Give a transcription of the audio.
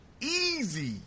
easy